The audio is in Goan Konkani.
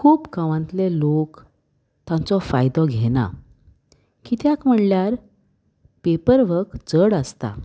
खूब गांवांतले लोक तांचो फायदो घेना कित्याक म्हणल्यार पेपर वर्क चड आसता